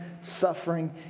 suffering